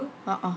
uh uh